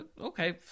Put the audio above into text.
Okay